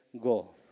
Go